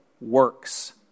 works